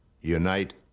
unite